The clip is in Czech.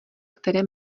které